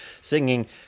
singing